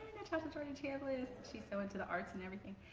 natassha jordan-chambliss, she's so into the arts and everything.